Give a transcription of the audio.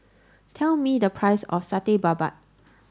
tell me the price of Satay Babat